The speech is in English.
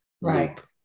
right